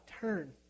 Turn